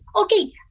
okay